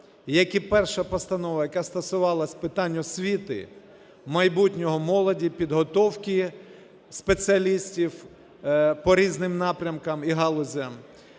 як і перша постанова, яка стосувалась питань освіти майбутньої молоді, підготовки спеціалістів по різним напрямкам і галузям,